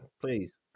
please